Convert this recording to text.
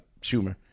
Schumer